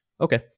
okay